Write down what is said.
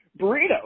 burrito